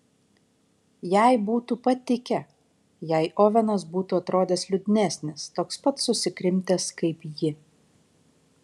jai būtų patikę jei ovenas būtų atrodęs liūdnesnis toks pat susikrimtęs kaip ji